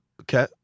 Okay